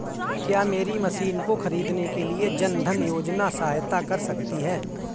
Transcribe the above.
क्या मेरी मशीन को ख़रीदने के लिए जन धन योजना सहायता कर सकती है?